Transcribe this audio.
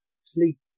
Sleep